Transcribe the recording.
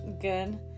Good